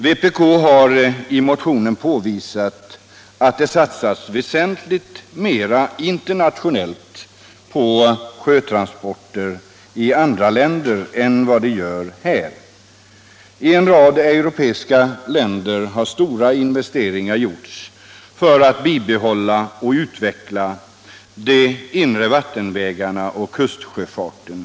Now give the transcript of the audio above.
Vpk har i motionen påvisat att det satsas väsentligt mer på sjötransporter i andra länder än vad vi gör här. I en rad europeiska länder har stora investeringar gjorts för att bibehålla och utveckla de inre vattenvägarna och kustsjöfarten.